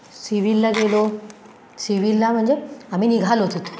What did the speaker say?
सिविलला गेलो सिविलला म्हणजे आम्ही निघालो तिथे